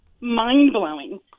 mind-blowing